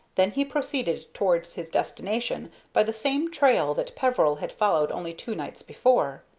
then he proceeded towards his destination by the same trail that peveril had followed only two nights before.